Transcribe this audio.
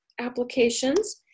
applications